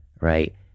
right